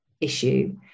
issue